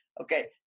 Okay